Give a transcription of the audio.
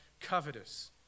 covetous